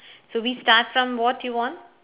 so we start from what you want